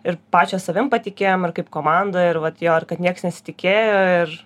ir pačios savim patikėjom ir kaip komanda ir vat jo ir kad nieks nesitikėjo ir